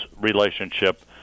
relationship